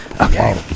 Okay